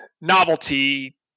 novelty